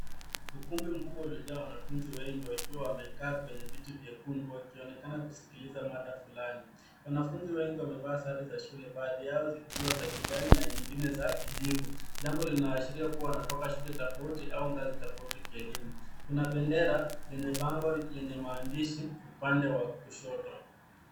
Ukumbi mkubwa umejaa wanafunzi wengi wakiwa wamekaa kwenye viti vyekundu wakionekana kuskiliza mada fulani. Wanafunzi wengi wamevaa sare za shule baadhi yao zikiwa za kijani na nyingine za kijivu, jambo linaloashiria kuwa wanatoka shule tofauti au ngazi tofauti kielimu. Kuna bendera yenye bango yenye maandishi upande wa kushoto.